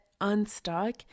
unstuck